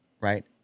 Right